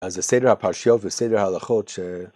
‫אז זה סדר הפרשיות וסדר הלכות ש...